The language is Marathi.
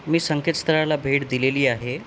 मी संकेतस्थळाला भेट दिलेली आहे